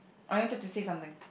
or you wanted to say something